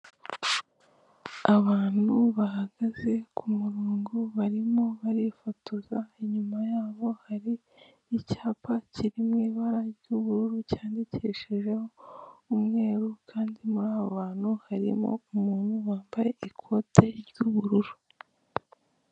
Abantu bahagaze ku murongo barimo barifotoza inyuma yabo hari icyapa kiriw ibara ry'ubururu cyandikishijeho umweru kandi muri abo bantu harimo umuntu wambaye ikote ry'ubururu.